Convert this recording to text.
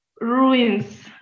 ruins